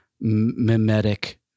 mimetic